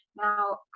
Now